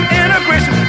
integration